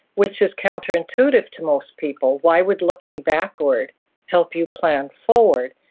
which is counterintuitive to most people. why would looking backward help you plan forward?